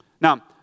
Now